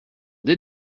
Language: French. des